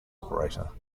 operator